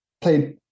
played